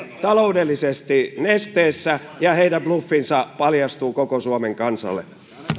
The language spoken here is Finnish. taloudellisesti nesteessä ja heidän bluffinsa paljastuu koko suomen kansalle